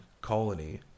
colony